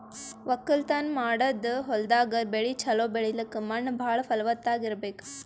ವಕ್ಕಲತನ್ ಮಾಡದ್ ಹೊಲ್ದಾಗ ಬೆಳಿ ಛಲೋ ಬೆಳಿಲಕ್ಕ್ ಮಣ್ಣ್ ಭಾಳ್ ಫಲವತ್ತಾಗ್ ಇರ್ಬೆಕ್